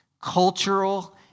Cultural